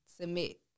submit